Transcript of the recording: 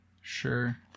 Sure